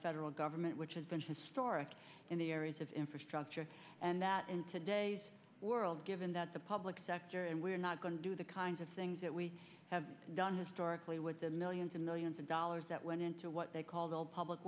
federal government which has been historic in the areas of infrastructure and that in today's world given that the public sector and we're not going to do the kinds of things that we have done historically with the millions and millions of dollars that went into what they call the public